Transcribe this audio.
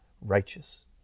righteous